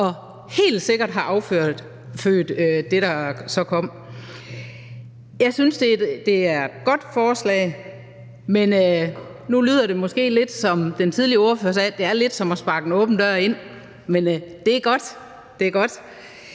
og helt sikkert har affødt det, der så er kommet. Jeg synes, det er et godt forslag, men nu lyder det måske lidt som det, den tidligere ordfører sagde, nemlig at det lidt er som at sparke en åben dør ind. Men det er godt; det er godt.